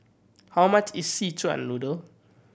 how much is Szechuan Noodle